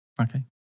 Okay